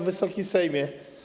Wysoki Sejmie!